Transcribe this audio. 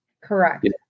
Correct